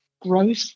growth